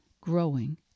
growing